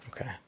okay